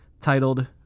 titled